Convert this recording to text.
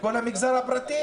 בכל המגזר הפרטי